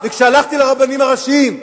והלכתי לרבנים הראשיים,